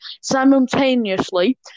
Simultaneously